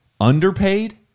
underpaid